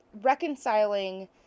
reconciling